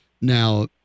Now